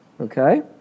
Okay